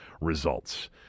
results